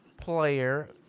player